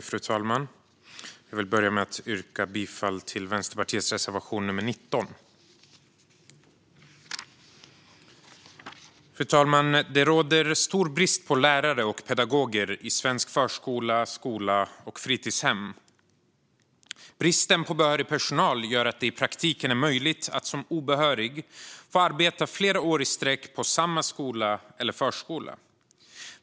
Fru talman! Jag vill börja med att yrka bifall till Vänsterpartiets reservation 19. Det råder stor brist på lärare och pedagoger i svensk förskola, skola och fritidshem. Bristen på behörig personal gör att det i praktiken är möjligt att som obehörig få arbeta flera år i sträck på samma skola eller förskola.